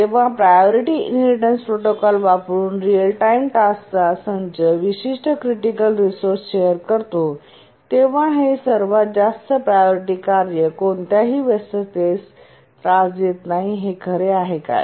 जेव्हा priority inheritance protocol वापरुन real time टास्कचा संच विशिष्ट क्रिटिकल रिसोर्से शेअर करतो तेव्हा हे सर्वात जास्त प्रायोरिटी कार्य कोणत्याही व्यस्ततेस त्रास देत नाही हे खरे आहे काय